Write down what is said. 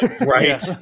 Right